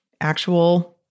actual